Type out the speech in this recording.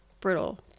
brittle